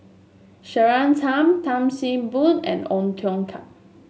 Claire Tham Tan See Boo and Ong Tiong Khiam